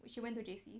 she went J_C